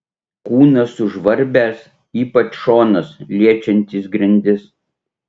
kūnas sužvarbęs ypač šonas liečiantis grindis